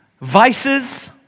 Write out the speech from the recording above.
vices